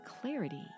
clarity